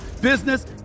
business